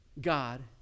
God